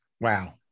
Wow